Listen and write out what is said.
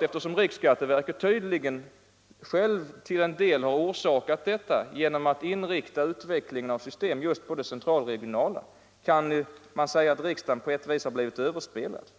Eftersom riksskatteverket tydligen självt till en del har inriktat utvecklingen till det central/regionala systemet kan man säga att riksdagen på ett sätt har blivit överspelad.